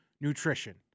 nutrition